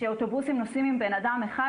ושאוטובוסים נוסעים עם אדם אחד,